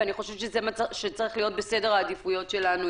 ואני חושבת שזה צריך להיות בסדר העדיפויות שלנו,